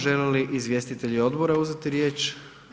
Žele li izvjestitelji odbora uzeti riječ?